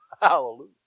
Hallelujah